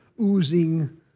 oozing